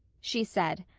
she said,